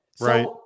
right